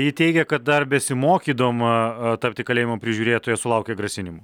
ji teigė kad dar besimokydama tapti kalėjimo prižiūrėtoja sulaukė grasinimų